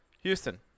Houston